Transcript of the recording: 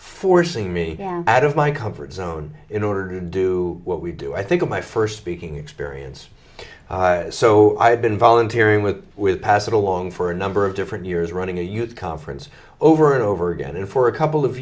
forcing me out of my comfort zone in order to do what we do i think of my first speaking experience so i've been volunteering with with pass it along for a number of different years running a youth conference over and over again and for a couple of